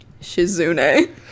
Shizune